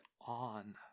on